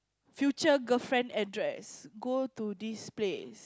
future girlfriend address go to this place